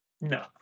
no